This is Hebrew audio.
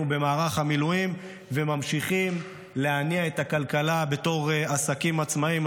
במערך המילואים וממשיכים להניע את הכלכלה בתור עסקים עצמאיים.